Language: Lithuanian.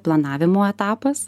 planavimo etapas